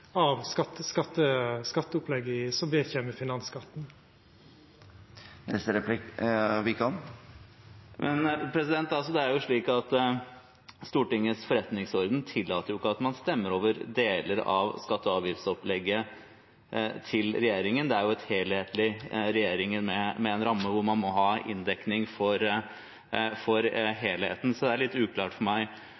av skatteopplegget som vedkjem finansskatten. Stortingets forretningsorden tillater ikke at man stemmer over deler av regjeringens skatte- og avgiftsopplegg. Det er helhetlig fra regjeringen, med en ramme hvor man må ha inndekning for helheten, så det er litt uklart for